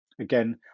Again